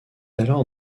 alors